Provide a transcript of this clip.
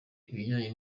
ibijyanye